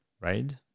right